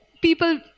people